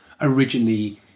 originally